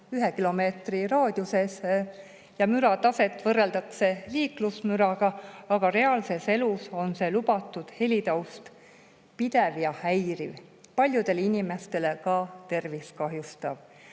1 kilomeetri raadiusesse. Selle mürataset võrreldakse liiklusmüraga, aga reaalses elus on see helitaust pidev ja häiriv, ka paljude inimeste tervist kahjustav.